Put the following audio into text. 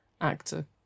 actor